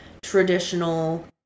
traditional